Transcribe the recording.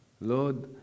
Lord